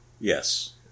Yes